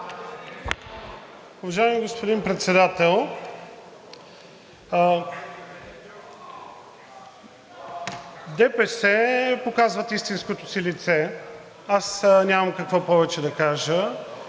Уважаеми господин Председател! ДПС показват истинското си лице – няма какво повече да кажа.